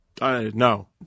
No